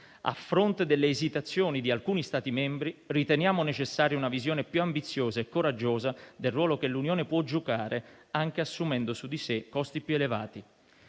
A fronte delle esitazioni di alcuni Stati membri, riteniamo necessaria una visione più ambiziosa e coraggiosa del ruolo che l'Unione può giocare, anche assumendo su di sé costi più elevati.